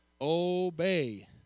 Obey